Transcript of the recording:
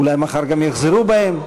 אולי מחר גם יחזרו בהם.